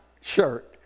shirt